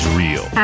real